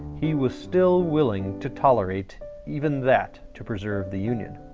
he was still willing to tolerate even that to preserve the union.